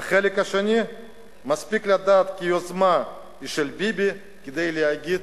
והחלק השני מספיק לו לדעת כי היוזמה היא של ביבי כדי להגיד: